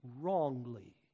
wrongly